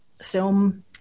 film